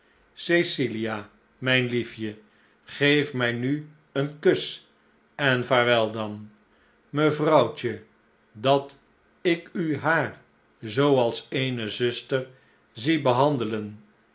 cecilia mijn liefje geef mij nu eenkus en vaarwel dan mevrouwtje dat ik u haar zoo als eene zuster zie behandelen